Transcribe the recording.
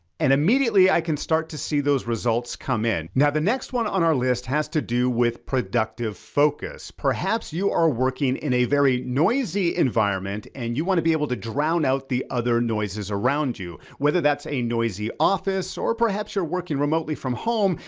and immediately i can start to see those results come in. now, the next one on our list has to do with productive focus. perhaps you are working in a very noisy environment and you wanna be able to drown out the other noises around you. whether that's a noisy office or perhaps you're working remotely from home,